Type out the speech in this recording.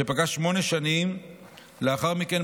שפקעו שמונה שנים לאחר מכן,